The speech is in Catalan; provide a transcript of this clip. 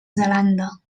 zelanda